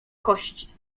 kości